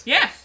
Yes